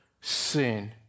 sin